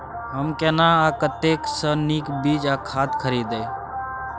हम केना आ कतय स नीक बीज आ खाद खरीदे?